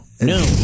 No